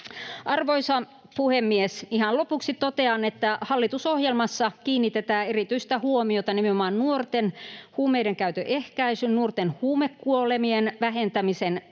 Arvoisa puhemies! Ihan lopuksi totean, että hallitusohjelmassa kiinnitetään erityistä huomiota nimenomaan nuorten huumeidenkäytön ehkäisyyn, nuorten huumekuolemien vähentämisen